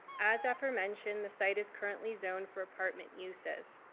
as aforementioned the site is currently zoned for apartment uses,